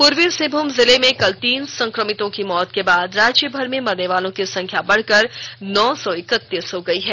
पूर्वी सिंहभूम जिले में कल तीन संक्रमितों की मौत के बाद राज्यभर में मरनेवालों की संख्या बढ़कर नौ सौ इकतीस हो गयी है